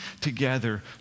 together